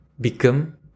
become